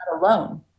alone